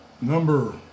Number